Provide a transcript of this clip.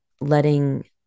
letting